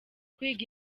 kwiga